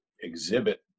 exhibit